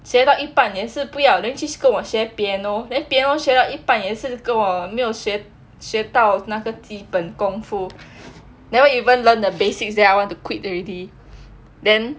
学到一半年是不要 then 去跟我学 piano then piano 学到一半也是跟我没有学学到那个基本功夫 never even learn the basics then I want to quit already then